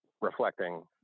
reflecting